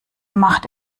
macht